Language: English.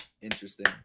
Interesting